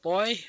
Boy